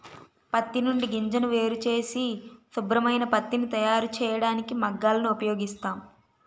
పత్తి నుండి గింజను వేరుచేసి శుభ్రమైన పత్తిని తయారుచేయడానికి మగ్గాలను ఉపయోగిస్తాం